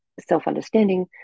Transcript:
self-understanding